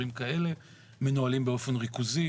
מנוהלים באופן ריכוזי.